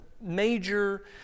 major